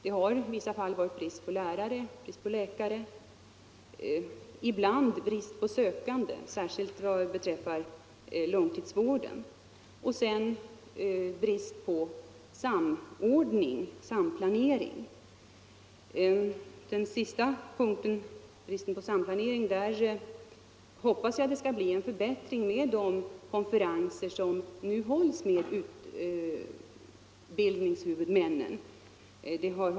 I vissa fall har det varit brist på lärare och läkare, och ibland har det varit brist på sökande, särskilt vad beträffar långtidsvården. Dessutom har det varit brist på samplanering. På den sista punkten — bristen på samplanering — hoppas jag att det skall bli en förbättring genom de konferenser som nu hålls med urbildningshuvudmännen.